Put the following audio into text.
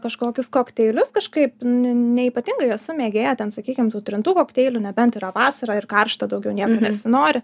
kažkokius kokteilius kažkaip nu neypatingai esu mėgėja ten sakykim tų trintų kokteilių nebent yra vasara ir karšta daugiau nieko nesinori